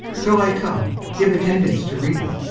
till i come, give attendance to reading,